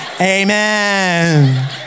amen